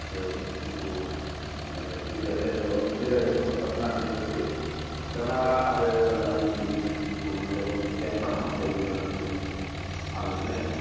ᱟᱫᱚ ᱩᱱᱠᱩ ᱢᱮᱞᱮᱨᱤᱭᱟ ᱥᱤᱠᱲᱤᱡ ᱡᱟᱛᱮ ᱚᱸᱰᱮ ᱵᱟᱠᱚ ᱵᱤᱞᱤ ᱫᱟᱲᱮᱭᱟᱜ ᱵᱟᱠᱚ ᱯᱟᱥᱱᱟᱜ ᱰᱷᱮᱨ ᱵᱟᱠᱚ ᱦᱩᱭᱩᱜ ᱛᱟᱦᱞᱮ ᱚᱱᱟ ᱟᱯᱮ ᱢᱤᱫᱫᱤᱱ ᱟᱵᱚ ᱱᱚᱰᱮ ᱵᱚᱱ ᱠᱮᱢᱯ ᱟ ᱚᱸᱰᱮ ᱜᱮ ᱦᱟᱸᱜ ᱚᱱᱟ ᱠᱚᱫᱚ ᱵᱚᱱ ᱟᱞᱳᱪᱚᱱᱟᱭᱟ